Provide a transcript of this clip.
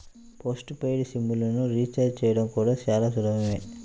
post paid SIM లను recharge చేయడం కూడా చాలా సులభమే